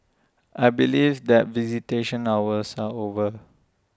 I believe that visitation hours are over